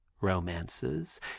romances